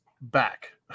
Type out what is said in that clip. back